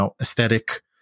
aesthetic